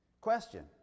Question